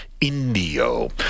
Indio